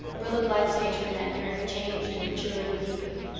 rilla blythe's nature in that year had changed and matured and deepened.